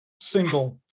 single